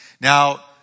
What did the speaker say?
Now